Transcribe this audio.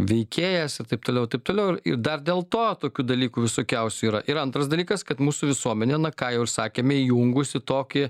veikėjas ir taip toliau taip toliau ir dar dėl to tokių dalykų visokiausių yra ir antras dalykas kad mūsų visuomenė na ką jau ir sakėme įjungusi tokį